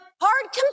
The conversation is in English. hard